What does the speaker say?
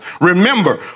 Remember